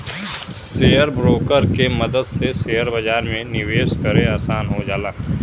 share broker के मदद से शेयर बाजार में निवेश करे आसान हो जाला